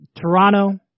Toronto